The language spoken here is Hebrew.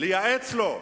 לייעץ לו: